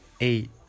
Eight